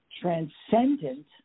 transcendent